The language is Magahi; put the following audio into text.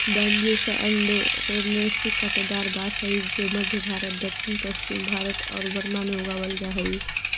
बैम्ब्यूसा अरंडिनेसी काँटेदार बाँस हइ जे मध्म भारत, दक्षिण पश्चिम भारत आउ बर्मा में उगावल जा हइ